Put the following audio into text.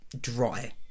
dry